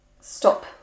stop